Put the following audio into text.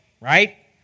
right